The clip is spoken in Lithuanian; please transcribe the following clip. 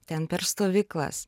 ten per stovyklas